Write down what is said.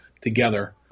together